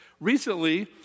Recently